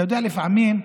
אתה יודע, לפעמים,